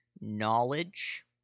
knowledge